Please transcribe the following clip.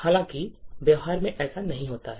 हालांकि व्यवहार में ऐसा नहीं होता है